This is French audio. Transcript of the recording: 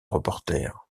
reporter